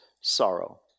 sorrow